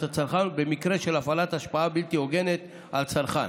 הצרכן במקרה של הפעלת השפעה בלתי הוגנת על צרכן,